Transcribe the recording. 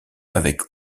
avec